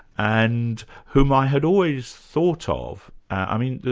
and whom i had always thought ah of. i mean,